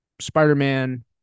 Spider-Man